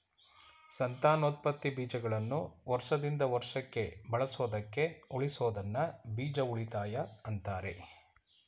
ಸಂತಾನೋತ್ಪತ್ತಿ ಬೀಜಗಳನ್ನು ವರ್ಷದಿಂದ ವರ್ಷಕ್ಕೆ ಬಳಸೋದಕ್ಕೆ ಉಳಿಸೋದನ್ನ ಬೀಜ ಉಳಿತಾಯ ಅಂತಾರೆ